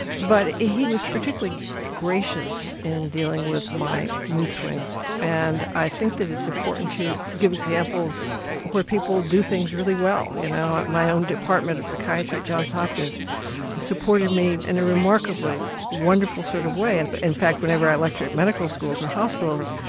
but he was particularly gracious in dealing with my mood swings, and i think that it's important to give examples where people do things really well you know like, my own department of psychiatry at john hopkins supported me in a remarkably wonderful sort of way. and but in fact, whenever i lecture at medical schools or hospitals,